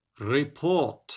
Report